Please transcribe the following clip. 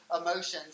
emotions